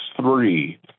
three